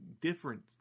different